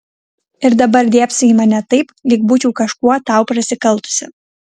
ir dabar dėbsai į mane taip lyg būčiau kažkuo tau prasikaltusi